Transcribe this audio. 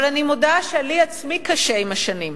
אבל אני מודה שלי עצמי קשה עם השנים.